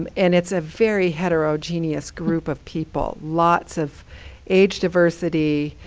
um and it's a very heterogeneous group of people, lots of age diversity,